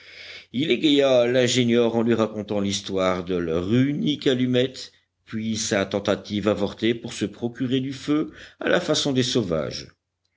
il égaya l'ingénieur en lui racontant l'histoire de leur unique allumette puis sa tentative avortée pour se procurer du feu à la façon des sauvages